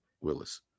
Willis